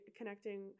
connecting